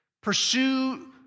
pursue